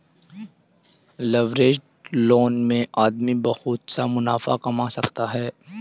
leveraged loan में आदमी बहुत सा मुनाफा कमा सकता है